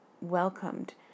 welcomed